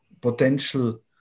potential